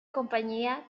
compañía